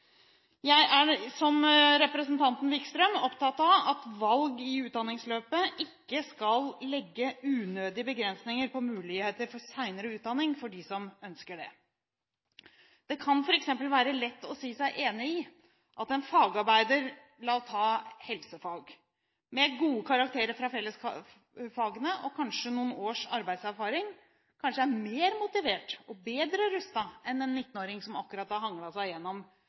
Jeg er, som representanten Wickholm, opptatt av at valg i utdanningsløpet ikke skal legge unødige begrensninger på muligheter for utdanning senere for dem som ønsker det. Det kan være lett å si seg enig i at f.eks. en fagarbeider i helsefag, med gode karakterer fra fellesfagene og kanskje noen års arbeidserfaring, kanskje er mer motivert og bedre rustet enn en 19-åring som akkurat har hanglet seg